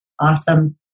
Awesome